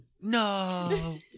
No